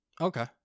Okay